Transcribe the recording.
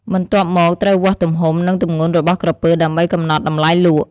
បន្ទាប់មកត្រូវវាស់ទំហំ និងទម្ងន់របស់ក្រពើដើម្បីកំណត់តម្លៃលក់។